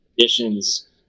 conditions